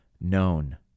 known